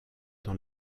dans